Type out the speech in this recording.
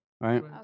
right